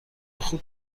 خوب